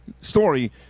story